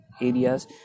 areas